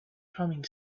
humming